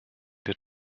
wir